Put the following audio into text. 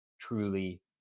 truly